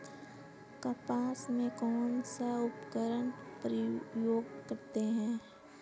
कपास में कौनसा उर्वरक प्रयोग करते हैं?